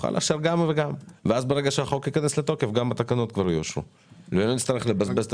ברגע שהחוק ייכנס לתוקף גם התקנות כבר יאושרו ולא נצטרך לבזבז את